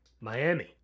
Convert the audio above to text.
Miami